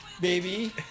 baby